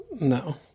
No